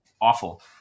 awful